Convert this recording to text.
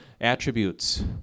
attributes